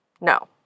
no